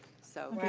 so,